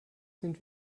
sind